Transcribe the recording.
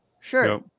sure